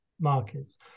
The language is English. markets